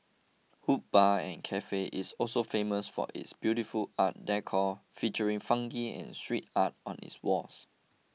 Hood Bar and Cafe is also famous for its beautiful art decor featuring funky and street art on its walls